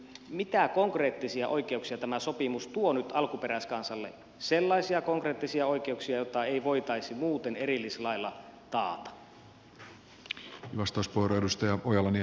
mitä konkreettisia oikeuksia tämä sopimus tuo nyt alkuperäiskansalle sellaisia konkreettisia oikeuksia joita ei voitaisi muuten erillislailla taata